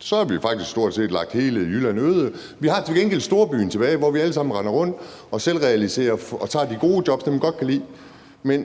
så har vi stort set lagt hele Jylland øde. Vi har til gengæld storbyen tilbage, hvor vi alle sammen render rundt og selvrealiserer os og tager de gode jobs, dem, vi godt kan lide.